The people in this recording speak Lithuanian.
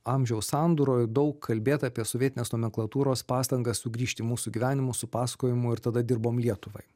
amžiaus sandūroj daug kalbėta apie sovietinės nomenklatūros pastangas sugrįžt į mūsų gyvenimus su pasakojimu ir tada dirbom lietuvai